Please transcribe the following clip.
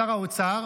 שר האוצר,